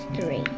three